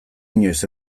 inoiz